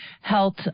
Health